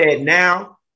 Now